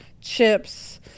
chips